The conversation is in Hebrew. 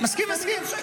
מסכים, מסכים.